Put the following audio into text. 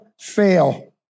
fail